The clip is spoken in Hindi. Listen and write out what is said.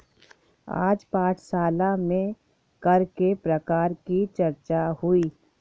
आज पाठशाला में कर के प्रकार की चर्चा हुई